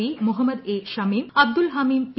P Muhammad A Shameem Abdul Hameem P